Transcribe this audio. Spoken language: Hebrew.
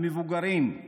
המבוגרים,